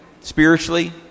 spiritually